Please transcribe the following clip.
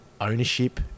ownership